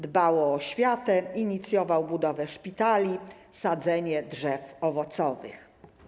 Dbał o oświatę, inicjował budowę szpitali, sadzenie drzew owocowych.